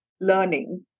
learning